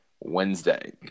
Wednesday